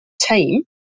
team